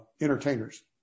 entertainers